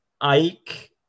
ike